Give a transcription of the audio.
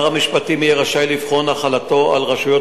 יהיה שר המשפטים רשאי לבחון החלתו על רשויות